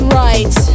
right